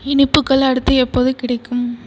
இனிப்புகள் அடுத்து எப்போது கிடைக்கும்